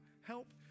help